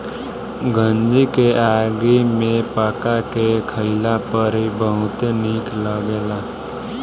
गंजी के आगी में पका के खइला पर इ बहुते निक लगेला